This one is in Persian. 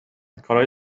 کارای